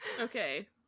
Okay